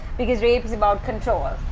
because rape is about control.